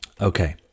Okay